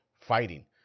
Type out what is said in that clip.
fighting